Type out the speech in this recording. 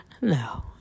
No